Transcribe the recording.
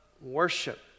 worship